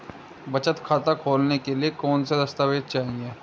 बचत खाता खोलने के लिए कौनसे दस्तावेज़ चाहिए?